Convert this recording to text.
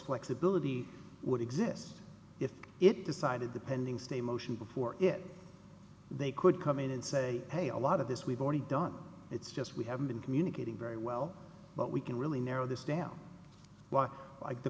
flexibility would exist if it decided the pending stay motion before it they could come in and say hey a lot of this we've already done it's just we haven't been communicating very well but we can really narrow this down like the